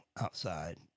outside